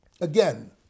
Again